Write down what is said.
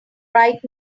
right